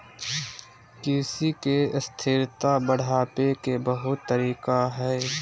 कृषि के स्थिरता बढ़ावे के बहुत तरीका हइ